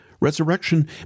Resurrection